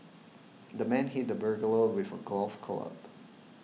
the man hit the burglar with a golf club